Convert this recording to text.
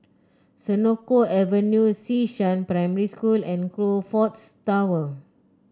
Senoko Avenue Xishan Primary School and Crockfords Tower